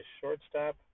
shortstop